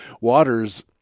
Waters